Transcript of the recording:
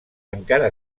encara